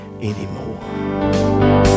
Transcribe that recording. anymore